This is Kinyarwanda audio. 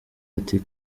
ati